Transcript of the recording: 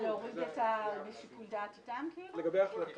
ועכשיו אנחנו צריכים בדיעבד לטפל אחרי --- בהליכים משפטיים?